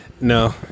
No